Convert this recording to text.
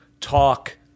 talk